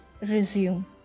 resume